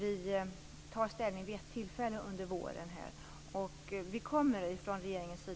Tack!